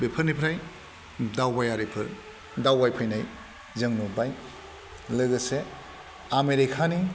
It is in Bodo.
बेफोरनिफ्राय दावबायारिफोर दावबायफैनाय जों नुबाय लोगोसे आमेरिका नि